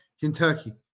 Kentucky